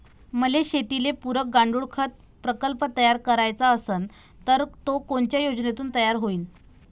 मले शेतीले पुरक गांडूळखत प्रकल्प तयार करायचा असन तर तो कोनच्या योजनेतून तयार होईन?